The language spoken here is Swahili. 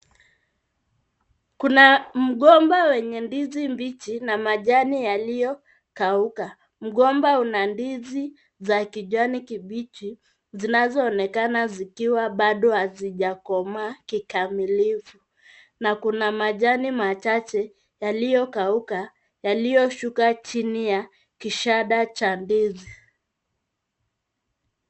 Kuna mgomba wenye ndizi mbichi na majani yaliyokauka. Mgomba una ndizi za kijani kibichi zinazoonekana zikiwa bado hazijakomaa kikamilifu, na kuna majani machache yaliyokauka, yaliyoshuka chini ya kishada cha ndizi.